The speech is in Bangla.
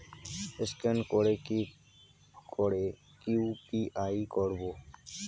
স্ক্যান করে কি করে ইউ.পি.আই করবো?